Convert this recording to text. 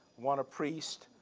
one a priest,